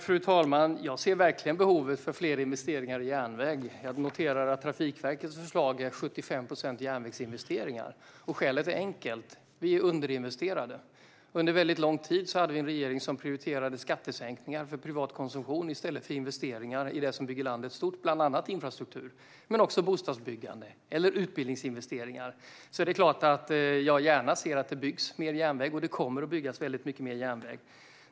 Fru talman! Jag ser verkligen behovet av större investeringar i järnväg. Jag noterar att Trafikverkets förslag är 75 procent järnvägsinvesteringar. Skälet är enkelt. Vi är underinvesterade. Under väldigt lång tid hade vi en regering som prioriterade skattesänkningar för privat konsumtion i stället för investeringar i det som bygger landet stort, bland annat infrastruktur men också bostadsbyggande och utbildning. Det är klart att jag gärna ser att det byggs mer järnväg, och det kommer att byggas väldigt mycket mer järnväg.